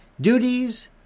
duties